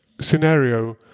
scenario